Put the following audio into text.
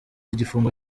igifungo